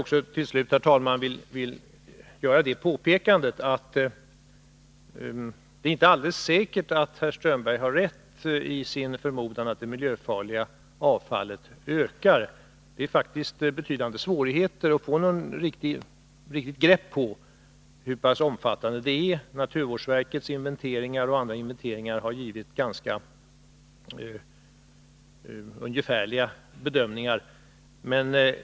Till slut skall jag kanske, herr talman, påpeka att det inte är alldeles säkert att herr Strömberg har rätt i sin förmodan att det miljöfarliga avfallet ökar. Det är faktiskt mycket svårt att få något riktigt begrepp om hur pass omfattande det är. Naturvårdsverkets inventering och andra inventeringar har lett fram till ungefärliga bedömningar.